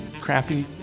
crappy